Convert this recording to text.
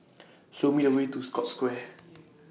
Show Me The Way to Scotts Square